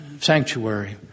sanctuary